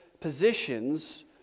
positions